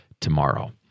tomorrow